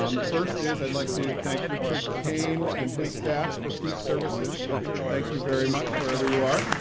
um the first is i'd like to thank richard kane and his staff for food services. richard thank you very much where ever you are.